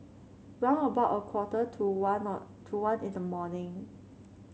round about a quarter to one of to one in the morning